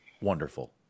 wonderful